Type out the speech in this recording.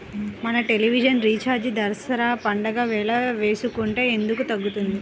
మన television recharge Dasara పండగ వేళ వేసుకుంటే ఎందుకు తగ్గుతుంది?